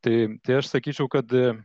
tai tai aš sakyčiau kad